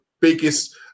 biggest